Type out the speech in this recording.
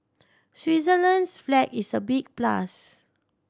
Switzerland's flag is a big plus